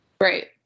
Right